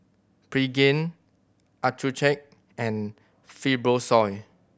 Pregain Accucheck and Fibrosol